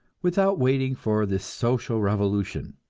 without waiting for the social revolution.